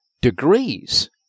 degrees